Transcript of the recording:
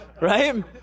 right